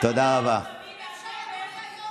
היו קמים מהקבר,